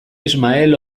ismael